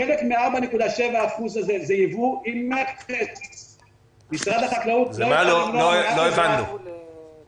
מאוד פשוט: חלק מ-4.7% הזה הוא יבוא עם --- לא הבנו מה אמרת.